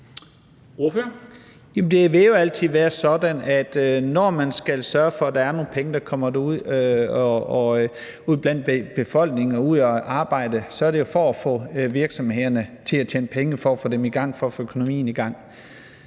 Det vil jo altid være sådan, at når vi skal sørge for, at der er nogle penge, der kommer ud blandt befolkningen og ud at arbejde, så er det jo for at få virksomhederne til at tjene penge; for at få dem i gang; for at få økonomien i gang.